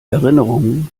erinnerungen